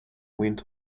went